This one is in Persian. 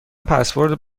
پسورد